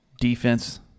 Defense